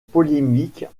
polémiques